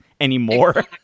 anymore